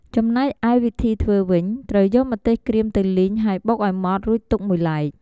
ចំណែកឯវិធីធ្វើវិញ ត្រូវយកម្ទេសក្រៀមទៅលីង ហើយបុកឱ្យម៉ដ្ឋ រួចទុកមួយឡែក។